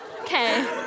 Okay